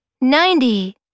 ninety